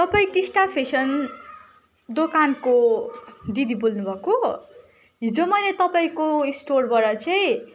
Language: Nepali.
तपाईँ टिस्टा फेसन दोकानको दिदी बोल्नु भएको हिजो मैले तपाईँको स्टोरबाट चाहिँ